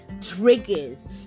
triggers